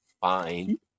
Fine